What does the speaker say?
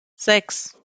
sechs